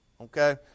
okay